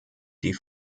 die